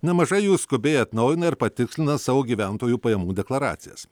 nemažai jų skubiai atnaujina ir patikslina savo gyventojų pajamų deklaracijas